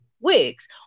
Wigs